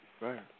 Right